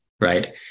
right